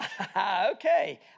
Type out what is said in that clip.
Okay